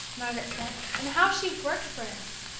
margaret said and how she worked for us!